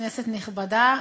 כנסת נכבדה,